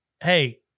hey